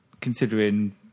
considering